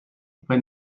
prenne